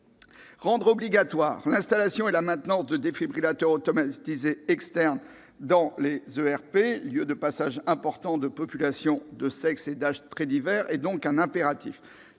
Rendre obligatoires l'installation et la maintenance de défibrillateurs automatisés externes dans les ERP, lieux de passage important de populations de sexe et d'âges très divers, est un impératif.